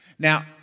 Now